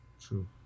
True